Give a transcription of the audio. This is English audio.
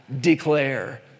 declare